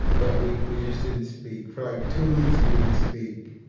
but we we just didn't speak. for, like, two weeks we didn't speak,